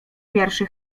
pierwszy